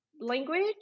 language